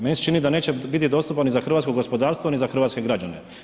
Meni se čini da neće biti dostupan ni za hrvatsko gospodarstvo, ni za hrvatske građane.